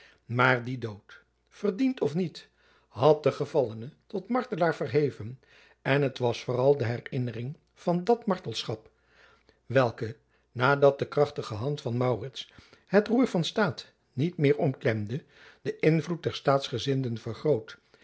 maar die dood verdiend of niet had den gevallene tot martelaar verheven en het was vooral de herinnering van dat martelaarschap welke na dat de krachtige hand van maurits het roer van staat niet meer omklemde den invloed der staatsgezinden vergroot